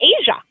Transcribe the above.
Asia